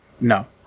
No